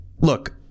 look